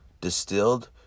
distilled